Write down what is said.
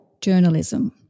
journalism